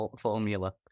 formula